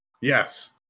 Yes